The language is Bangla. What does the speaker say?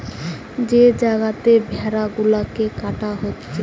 যে জাগাতে ভেড়া গুলাকে কাটা হচ্ছে